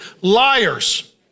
liars